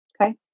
Okay